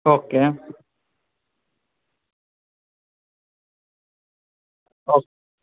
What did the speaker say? okay okay